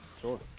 Sure